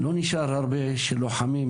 לא נשארו הרבה שלוחמים.